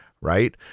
Right